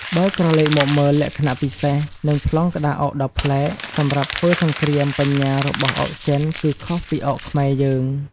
បើក្រឡេកមកមើលលក្ខណៈពិសេស និងប្លង់ក្តារអុកដ៏ប្លែក សម្រាប់ធ្វើសង្គ្រាមបញ្ញារបស់អុកចិនគឺខុសពីអុកខ្មែរយើង។